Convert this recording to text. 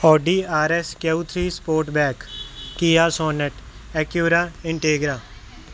Audi R S Q three sportback Kia Sonet Acura Integra